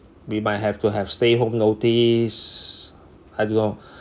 we might have to have stay home notice I don't know